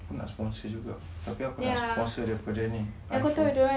aku nak sponsor juga tapi aku nak sponsor dari ini